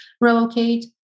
relocate